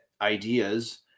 ideas